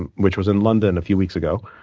and which was in london a few weeks ago.